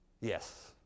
Yes